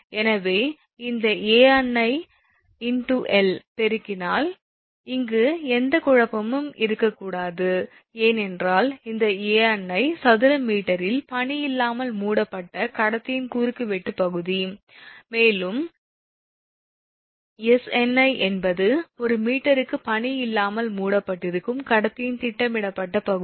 எனவே இந்த 𝐴𝑛𝑖×𝑙 பெருக்கினால் இங்கு எந்த குழப்பமும் இருக்கக்கூடாது ஏனென்றால் இந்த 𝐴𝑛𝑖 சதுர மீட்டரில் பனி இல்லாமல் மூடப்பட்ட கடத்தியின் குறுக்குவெட்டு பகுதி மேலும் 𝑆𝑛𝑖 என்பது ஒரு மீட்டருக்கு பனி இல்லாமல் மூடப்பட்டிருக்கும் கடத்தியின் திட்டமிடப்பட்ட பகுதி